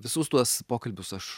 visus tuos pokalbius aš